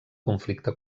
conflicte